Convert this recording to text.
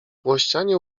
włościanie